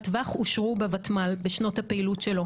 טווח אושרו בוותמ"ל בשנות הפעילות שלה.